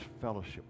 fellowship